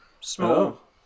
small